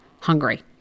hungry